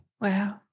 Wow